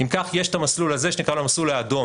אם כך יש את המסלול הזה שנקרא המסלול האדום,